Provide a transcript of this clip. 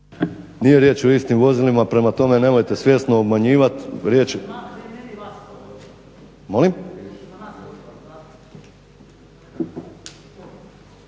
Nije riječ o istim vozilima, prema tome nemojte svjesno obmanjivat